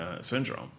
syndrome